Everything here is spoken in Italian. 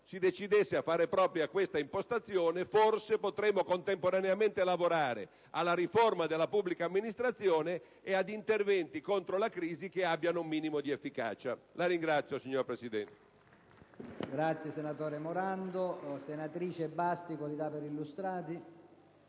si decidesse a fare propria quest'impostazione, forse si potrebbe contemporaneamente lavorare alla riforma della pubblica amministrazione e ad interventi contro la crisi che abbiano un minimo di efficacia. *(Applausi dal